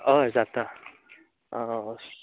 हय जाता आं